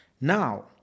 Now